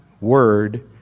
word